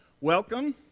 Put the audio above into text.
welcome